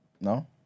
No